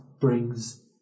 brings